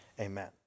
amen